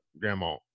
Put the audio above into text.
grandma